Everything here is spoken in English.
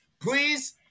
please